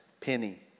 penny